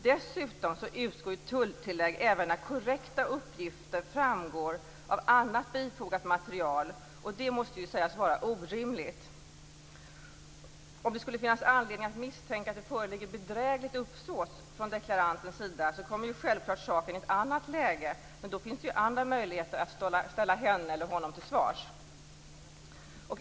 Dessutom utgår tulltillägg även när korrekta uppgifter framgår av annat bifogat material, och det måste ju sägas vara orimligt. Om det skulle finnas anledning att misstänka att det föreligger bedrägligt uppsåt från deklarantens sida kommer självklart saken i ett annat läge. Då finns det dock andra möjligheter att ställa honom eller henne till svars.